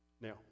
Now